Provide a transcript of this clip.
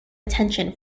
attention